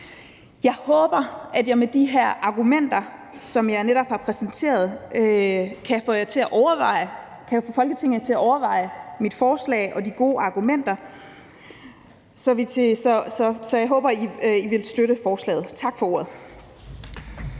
Jeg håber, at jeg med de her argumenter, som jeg netop har præsenteret, kan få Folketinget til at overveje mit forslag og de gode argumenter. Så jeg håber, at I vil støtte forslaget. Tak for ordet.